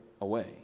away